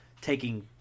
taking